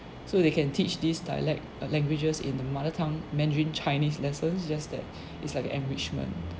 so they can teach these dialect languages in the mother tongue mandarin chinese lessons just that it's like an enrichment